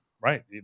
right